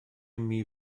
imi